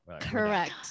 Correct